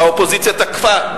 האופוזיציה תקפה,